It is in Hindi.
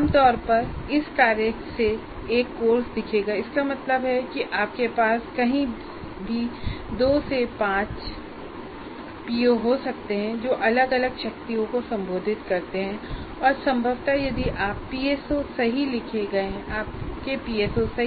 आम तौर पर इस तरह से एक कोर्स दिखेगा इसका मतलब है कि आपके पास कहीं भी 2 से 5 पीओ हो सकते हैं जो अलग अलग शक्तियों को संबोधित करते हैं और संभवत यदि आपके पीएसओ सही